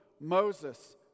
Moses